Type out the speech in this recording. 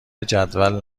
جدول